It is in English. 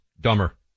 dumber